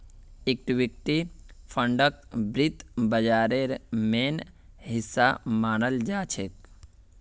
equity फंडक वित्त बाजारेर मेन हिस्सा मनाल जाछेक